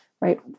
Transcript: right